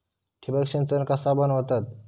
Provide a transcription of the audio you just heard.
ठिबक सिंचन कसा बनवतत?